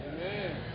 amen